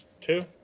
two